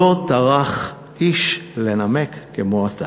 מה שבטוח, שאתה נהנה.